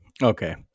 Okay